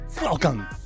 Welcome